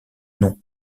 nom